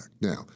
Now